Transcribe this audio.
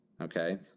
okay